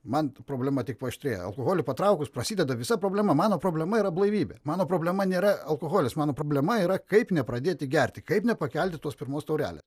man problema tik paaštrėja alkoholį patraukus prasideda visa problema mano problema yra blaivybė mano problema nėra alkoholis mano problema yra kaip nepradėti gerti kaip nepakelti tos pirmos taurelė